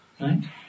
Right